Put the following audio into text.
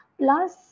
Plus